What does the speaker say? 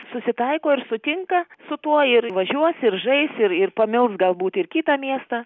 susitaiko ir sutinka su tuo ir važiuos ir žais ir ir pamils galbūt ir kitą miestą